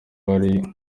ari